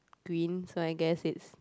green so I guess it's